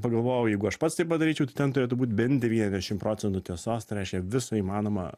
pagalvojau jeigu aš pats taip padaryčiau tai ten turėtų būt bent devyniasdešim procentų tiesos tai reiškia visą įmanomą